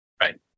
Right